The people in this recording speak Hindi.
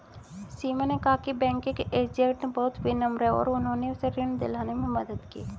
सीमा ने कहा कि बैंकिंग एजेंट बहुत विनम्र हैं और उन्होंने उसे ऋण दिलाने में मदद की